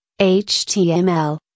HTML